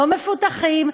לא מפותחים,